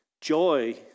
Joy